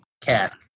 Cask